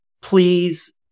please